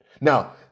Now